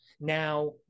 now